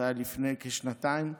זה היה לפני כשנתיים,